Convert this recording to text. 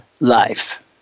life